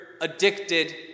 addicted